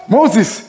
Moses